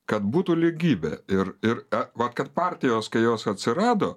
kad būtų lygybė ir ir vat kad partijos kai jos atsirado